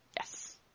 Yes